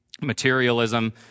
materialism